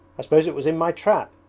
i suppose it was in my trap